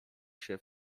się